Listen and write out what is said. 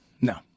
no